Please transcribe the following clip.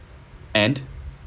and